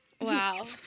Wow